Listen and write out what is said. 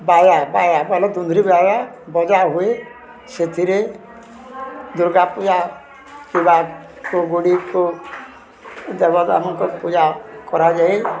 ବାୟା ବାୟା ଭଲ ବଜା ହୁଏ ସେଥିରେ ଦୁର୍ଗା ପୂଜା କିମ୍ବା ଦେବଦାନଙ୍କ ପୂଜା କରାଯାଏ